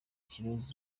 kibazo